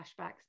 flashbacks